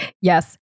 Yes